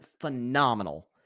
phenomenal